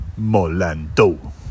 Molando